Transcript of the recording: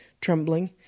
trembling